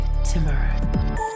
tomorrow